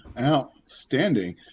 Outstanding